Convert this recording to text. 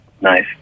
nice